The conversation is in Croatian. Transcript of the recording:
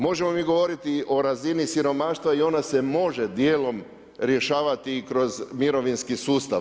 Možemo mi govoriti o razini siromaštva i ona se može dijelom rješavati i kroz mirovinski sustav.